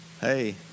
Hey